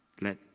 let